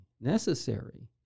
necessary